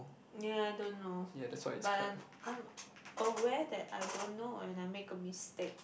ya I don't know but I'm I'm aware that I don't know when I make a mistake